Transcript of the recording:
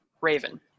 Raven